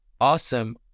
awesome